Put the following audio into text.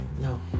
No